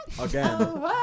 again